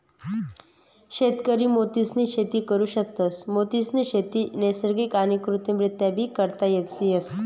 शेतकरी मोतीसनी शेती करु शकतस, मोतीसनी शेती नैसर्गिक आणि कृत्रिमरीत्याबी करता येस